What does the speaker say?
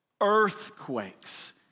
earthquakes